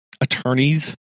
attorneys